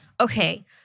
Okay